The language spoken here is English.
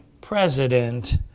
president